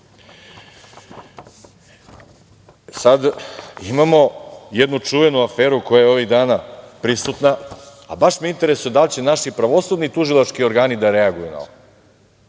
imamo jednu čuvenu aferu koja je ovih dana prisutna, a baš me interesuje da li će naši pravosudni i tužilački organi da reaguju na ovo.